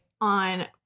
on